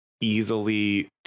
Easily